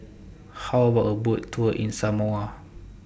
How about A Boat Tour in Samoa